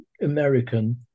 American